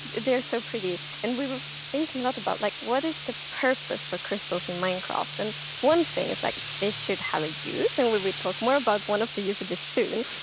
they're so pretty. and we were thinking a lot about like what is the purpose for crystals in minecraft? and one thing is like, they should have a use. and we will talk more about one of the usages soon.